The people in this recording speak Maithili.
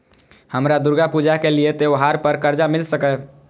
हमरा दुर्गा पूजा के लिए त्योहार पर कर्जा मिल सकय?